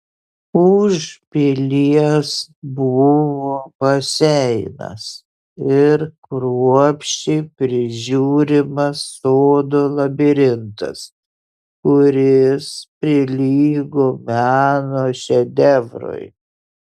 už pilies buvo baseinas ir kruopščiai prižiūrimas sodo labirintas kuris prilygo meno šedevrui